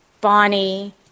Bonnie